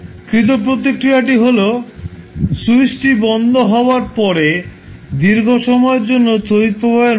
কৃত প্রতিক্রিয়া হল স্যুইচটি বন্ধ হওয়ার পরে দীর্ঘ সময়ের জন্য তড়িৎ প্রবাহের মান